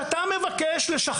שבו כתוב שהם מבקשים לשחרר,